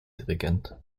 dirigent